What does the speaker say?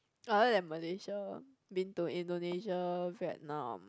other than Malaysia been to Indonesia Vietnam